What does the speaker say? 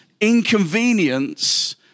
inconvenience